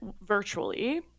virtually